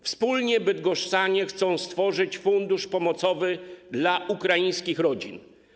Wspólnie bydgoszczanie chcą stworzyć fundusz pomocowy dla ukraińskich rodzin.